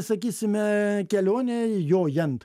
sakysime kelionė jojant